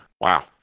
Wow